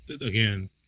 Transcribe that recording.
again